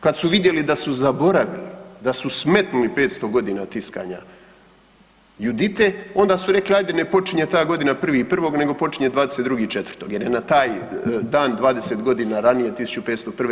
Kad su vidjeli da su zaboravili, da su smetnuli 500 godina tiskanja Judite, onda su rekli, ajde, ne počinje ta godina 1.1. nego počinje 22.4. jer je na taj dan 20 godina ranije, 1501.